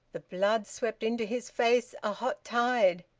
the blood swept into his face, a hot tide.